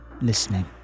listening